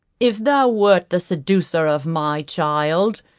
if thou wert the seducer of my child,